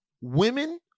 women